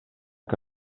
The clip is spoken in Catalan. que